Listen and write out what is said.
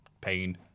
pain